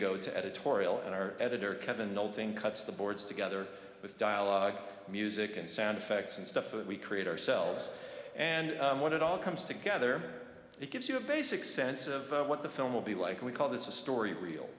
go to editorial and our editor kevin nolting cuts the boards together with dialogue music and sound effects and stuff that we create ourselves and what it all comes together it gives you a basic sense of what the film will be like we call this a story real